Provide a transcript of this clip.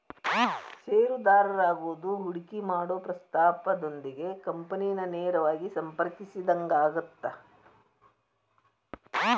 ಷೇರುದಾರರಾಗೋದು ಹೂಡಿಕಿ ಮಾಡೊ ಪ್ರಸ್ತಾಪದೊಂದಿಗೆ ಕಂಪನಿನ ನೇರವಾಗಿ ಸಂಪರ್ಕಿಸಿದಂಗಾಗತ್ತ